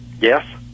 Yes